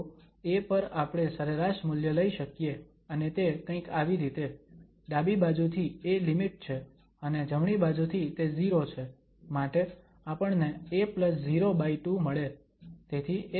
તો a પર આપણે સરેરાશ મૂલ્ય લઈ શકીએ અને તે કંઈક આવી રીતે ડાબી બાજુથી a લિમિટ છે અને જમણી બાજુથી તે 0 છે માટે આપણને a02 મળે